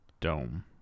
dome